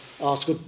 ask